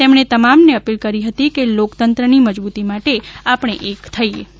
તેમણે તમામને અપીલ કરી હતી કે લોકતંત્રની મજબૂતી માટે આપણે એક થઇએ